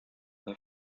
the